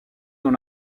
dans